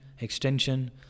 extension